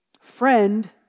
friend